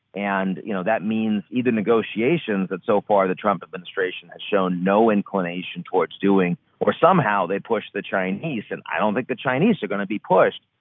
and you know that means either negotiations that so far the trump administration has shown no inclination towards doing or somehow they push the chinese, and i don't think the chinese are going to be pushed.